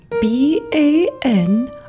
B-A-N